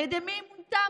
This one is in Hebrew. על ידי מי היא מונתה?